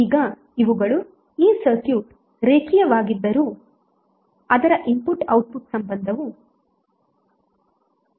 ಈಗ ಇವುಗಳು ಈ ಸರ್ಕ್ಯೂಟ್ ರೇಖೀಯವಾಗಿದ್ದರೂ ಅದರ ಇನ್ಪುಟ್ ಔಟ್ಪುಟ್ ಸಂಬಂಧವು ರೇಖೀಯವಲ್ಲದಂತಾಗಬಹುದು